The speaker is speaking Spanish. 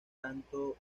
tanto